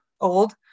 old